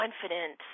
confident